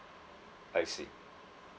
I see